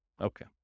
Okay